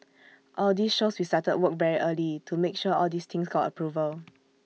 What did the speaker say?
all this shows we started work very early to make sure all these things got approval